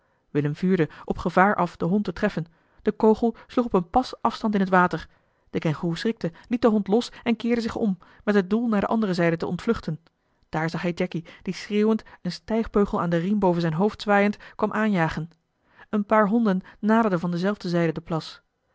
willem vuurde op gevaar af den hond te treffen de kogel sloeg op een pas afstand in het water de kengoeroe schrikte liet den hond los en keerde zich om met het doel naar de andere zijde te ontvluchten daar zag hij jacky die schreeuwend een stijgbeugel aan den riem boven zijn hoofd zwaaiend kwam aanjagen een paar honden naderden van dezelfde zijde den plas